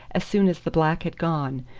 as soon as the black had gone,